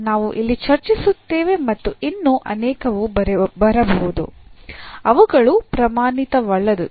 ನಾವು ಇಲ್ಲಿ ಚರ್ಚಿಸುತ್ತೇವೆ ಮತ್ತು ಇನ್ನೂ ಅನೇಕವು ಇರಬಹುದು ಅವುಗಳು ಪ್ರಮಾಣಿತವಲ್ಲದವು